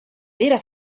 vera